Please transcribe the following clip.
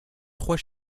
trois